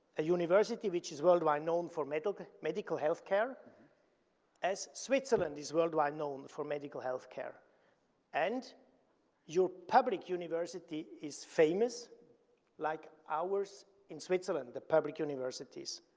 a university which is worldwide known for medical medical healthcare as switzerland is worldwide known for medical healthcare and your public university is famous like ours in switzerland, the public universities.